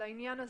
לעניין הזה.